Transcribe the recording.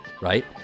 Right